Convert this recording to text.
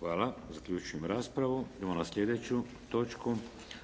Vladimir (HDZ)** Idemo na sljedeću točku: